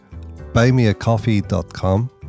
buymeacoffee.com